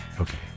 Okay